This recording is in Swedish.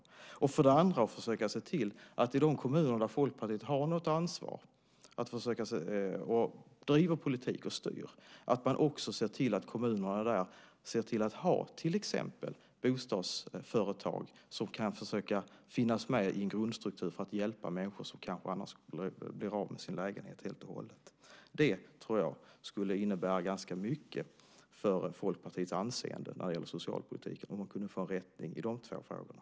För det andra handlar det om att försöka se till att de kommuner där Folkpartiet har något ansvar och driver politik och styr har till exempel bostadsföretag som kan finnas med i en grundstruktur för att hjälpa människor som kanske annars skulle bli av med sina lägenheter helt och hållet. Jag tror att det skulle innebära ganska mycket för Folkpartiets anseende när det gäller socialpolitiken om hon kunde få en rättning i de två frågorna.